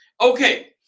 Okay